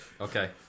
okay